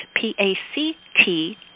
P-A-C-T